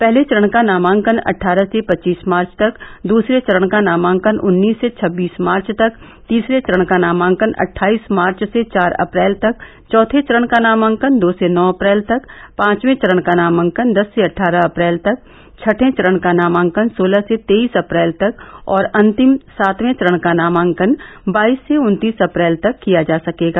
पहले चरण का नामांकन अट्ठारह से पचीस मार्च तक दूसरे चरण का नामांकन उन्नीस से छब्बीस मार्च तक तीसरे चरण का नामांकन अट्ठाईस मार्च से चार अप्रैल तक चौथे चरण का नामांकन दो से नौ अप्रैल तक पांचवें चरण का नामांकन दस से अट्ठारह अप्रैल तक छठें चरण का नामांकन सोलह से तेईस अप्रैल तक और अन्तिम सातवें चरण का नामांकन बाईस से उन्तीस अप्रैल तक किया जा सकेगा